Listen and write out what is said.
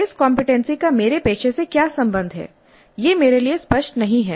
इस कमपेटेंसी का मेरे पेशे से क्या संबंध है यह मेरे लिए स्पष्ट नहीं है